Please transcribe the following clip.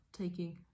taking